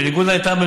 בניגוד לנטען,